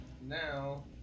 now